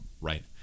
right